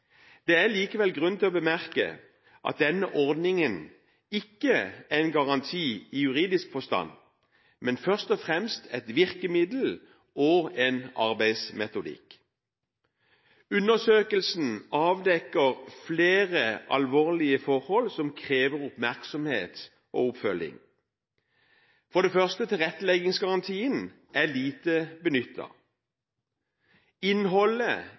Det er likevel grunn til å bemerke at denne ordningen ikke er en garanti i juridisk forstand, men først og fremst et virkemiddel og en arbeidsmetodikk. Undersøkelsen avdekker flere alvorlige forhold som krever oppmerksomhet og oppfølging. For det første er tilretteleggingsgarantien lite benyttet. Innholdet